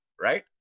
right